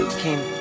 came